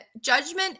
judgment